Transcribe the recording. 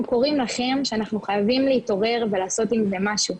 אנחנו קוראים לכם שאנחנו חייבים להתעורר ולעשות עם זה משהו.